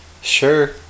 Sure